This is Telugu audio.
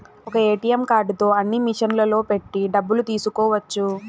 ఒక్క ఏటీఎం కార్డుతో అన్ని మిషన్లలో పెట్టి డబ్బులు తీసుకోవచ్చు